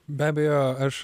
be abejo aš